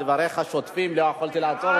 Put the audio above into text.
דבריך שוטפים, לא יכולתי לעצור אותך.